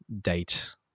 date